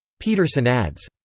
pederson adds.